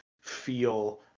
feel